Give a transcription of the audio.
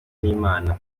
n’imana